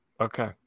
Okay